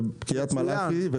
ובקרית מלאכי,